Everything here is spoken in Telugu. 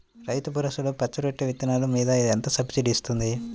రైతు భరోసాలో పచ్చి రొట్టె విత్తనాలు మీద ఎంత సబ్సిడీ ఇస్తుంది?